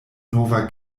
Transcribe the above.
nova